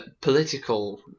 political